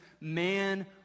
man